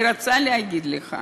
אני רוצה להגיד לך: